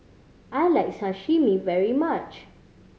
I like Sashimi very much